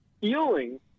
feeling